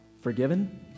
Forgiven